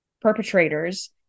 perpetrators